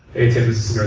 is.